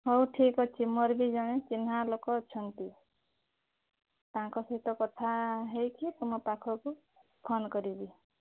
ହଉ ଠିକ୍ ଅଛି ମୋର ବି ଜଣେ ଚିହ୍ନା ଲୋକ ଅଛନ୍ତି ତାଙ୍କ ସହିତ କଥା ହୋଇକି ତୁମ ପାଖକୁ ଫୋନ୍ କରିବି